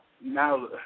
now